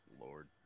Lord